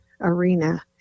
Arena